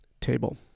Table